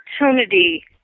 opportunity